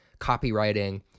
copywriting